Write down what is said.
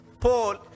Paul